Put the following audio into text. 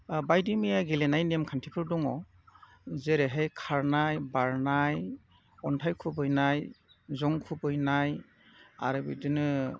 बायदि मैया गेलेनाय नेमखान्थिफोर दङ जेरैहाय खारनाय बारनाय अन्थाइ खुबैनाय जं खुबैनाय आरो बिदिनो